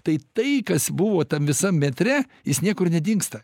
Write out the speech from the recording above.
tai tai kas buvo tam visam metre jis niekur nedingsta